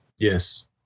Yes